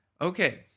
Okay